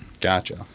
Gotcha